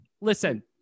Listen